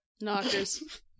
Knockers